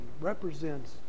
represents